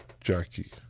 Jackie